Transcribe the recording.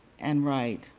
and write.